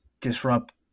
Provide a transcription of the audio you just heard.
disrupt